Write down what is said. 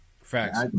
Facts